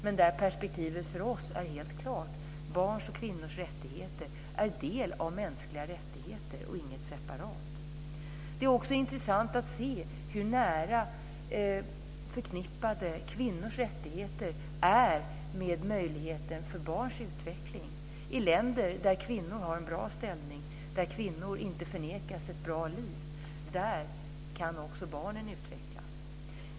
Men perspektivet för oss är helt klart: barns och kvinnors rättigheter är del av mänskliga rättigheter och ingenting separat. Det är också intressant att se hur nära förknippade kvinnors rättigheter är med möjligheter för barns utveckling. I länder där kvinnor har en bra ställning, där kvinnor inte förnekas ett bra liv kan också barnen utvecklas.